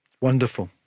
Wonderful